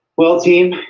well, team,